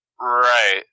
Right